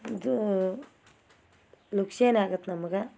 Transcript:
ಇದು ಲುಕ್ಸಾನ್ ಆಗತ್ತೆ ನಮ್ಗೆ